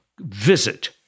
visit